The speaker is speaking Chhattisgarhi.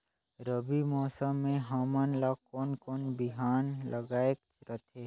रबी मौसम मे हमन ला कोन कोन बिहान लगायेक रथे?